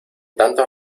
tantos